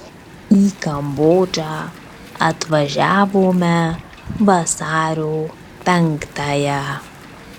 į kambodžą atvažiavome vasario penktąją